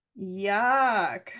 Yuck